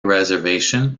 reservation